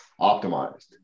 optimized